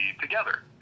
together